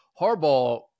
harbaugh